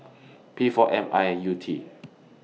P four M I U T